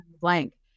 blank